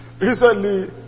Recently